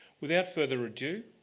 without further ado,